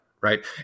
right